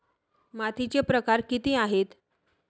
मातीचे प्रकार किती आहेत?